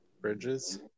Bridges